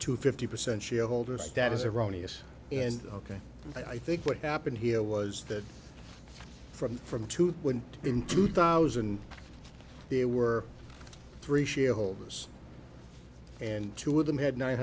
two fifty percent shareholder status erroneous and ok i think what happened here was that from from to win in two thousand there were three shareholders and two of them had nine